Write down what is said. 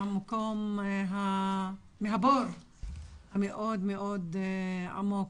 מהבור המאוד מאוד עמוק.